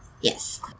Yes